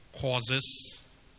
causes